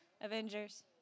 Avengers